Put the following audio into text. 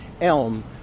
elm